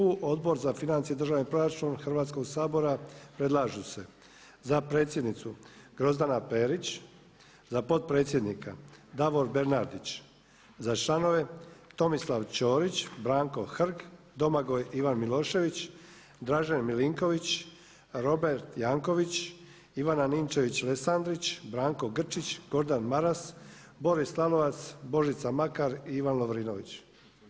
U Odbor za financije i državni proračun Hrvatskoga sabora predlažu se za predsjednicu Grozdana Perić, za potpredsjednika Davor Bernardić, za članove Tomislav Ćorić, Branko Hrg, Domagoj Ivan Milošević, Dražen Milinković, Robert Janković, Ivana Ninčević Lesandrić, Branko Grčić, Gordan Maras, Boris Lalovac, Božica Makar i Ivan Lovrinović.